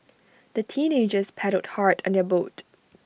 the teenagers paddled hard on their boat